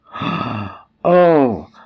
Oh